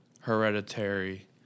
Hereditary